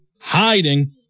Hiding